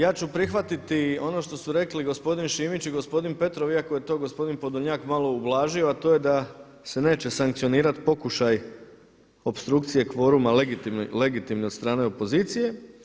Ja ću prihvatiti ono što su rekli gospodin Šimić i gospodin Petrov iako je to gospodin Podolnjak malo ublažio a to je da se neće sankcionirati pokušaj opstrukcije kvoruma legitimni od strane opozicije.